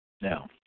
now